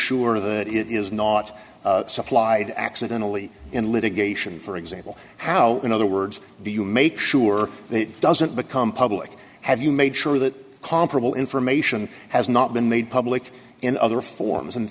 sure that it is not supplied accidentally in litigation for example how in other words do you make sure that it doesn't become public have you made sure that comparable information has not been made public in other forms and